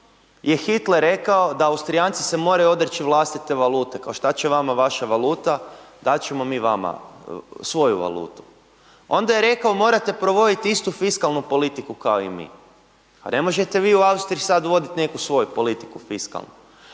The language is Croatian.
je Hitler rekao da Austrijanci se moraju odreći vlastite valute. Kao šta će vama vaša valuta, dati ćemo mi vama svoju valutu. Onda je rekao morate provoditi istu fiskalnu politiku kao i mi. Pa ne možete vi u Austriji sada voditi neku svoju politiku fiskalnu.